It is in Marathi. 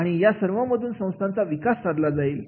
आणि या सर्वांमधून संस्थांचा विकास साधला जाईल